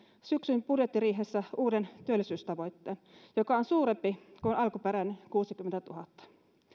syksyn budjettiriihessä uuden työllisyystavoitteen joka on suurempi kuin alkuperäinen kuusikymmentätuhatta